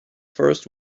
first